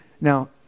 Now